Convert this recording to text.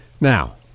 Now